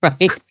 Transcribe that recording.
right